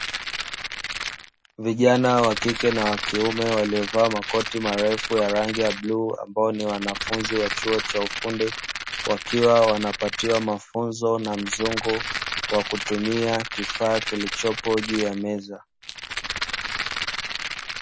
Vijana wakike na wakiume, waliovaa makoti marefu ya rangi ya bluu, ambao ni wanafunzi wa chuo cha ufundi. Wakiwa wanapatiwa mafunzo na mzungu, kwa kutumia kifaa kilichopo juu ya meza.